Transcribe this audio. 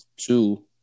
two